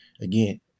again